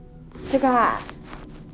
这个 ah